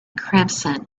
crimson